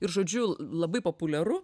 ir žodžiu labai populiaru